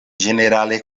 ĝenerale